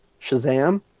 Shazam